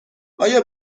آیا